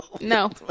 No